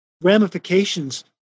ramifications